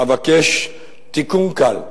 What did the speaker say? אבקש תיקון קל: